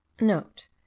Note